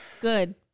Good